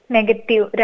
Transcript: Negative